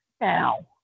now